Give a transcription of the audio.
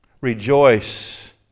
rejoice